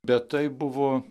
bet tai buvo